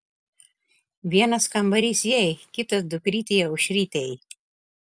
vienas kambarys jai kitas dukrytei aušrytei